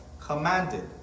commanded